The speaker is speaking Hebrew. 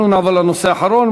אנחנו נעבור לנושא האחרון,